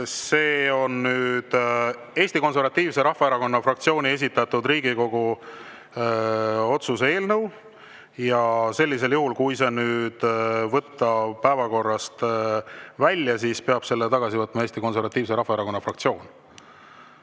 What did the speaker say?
See on Eesti Konservatiivse Rahvaerakonna fraktsiooni esitatud Riigikogu otsuse eelnõu. Kui [tahta] see nüüd võtta päevakorrast välja, siis peab selle tagasi võtma Eesti Konservatiivse Rahvaerakonna fraktsioon.